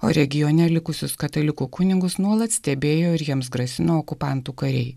o regione likusius katalikų kunigus nuolat stebėjo ir jiems grasino okupantų kariai